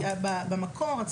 כי במקור,